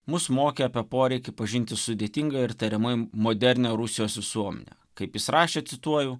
mus mokė apie poreikį pažinti sudėtingą ir tariamai modernią rusijos visuomenę kaip jis rašė cituoju